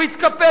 הוא התקפל,